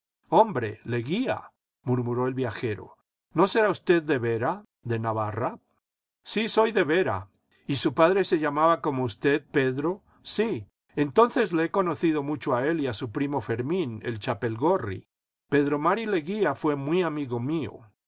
hombre leguía murmuró el viajero no será usted de vera de navarra sí soy de vera y su padre se llamaba como usted pedro sí entonces le he conocido mucho a él y a su primo fermín el chapelgorri pedro mari leguía fué muy amigo mío